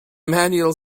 manual